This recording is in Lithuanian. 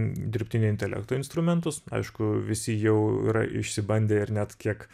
dirbtinio intelekto instrumentus aišku visi jau yra išsigandę ir net kiek